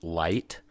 light